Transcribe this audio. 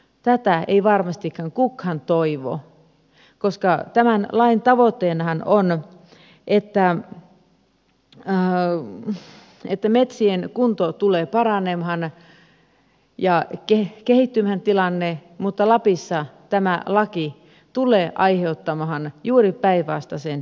tätä ei varmastikaan kukaan toivo koska tämän lain tavoitteenahan on että metsien kunto tulee paranemaan ja tilanne kehittymään mutta lapissa tämä laki tulee aiheuttamaan juuri päinvastaisen tilanteen